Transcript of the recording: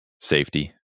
safety